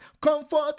Comfort